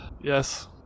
Yes